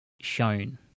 shown